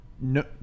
no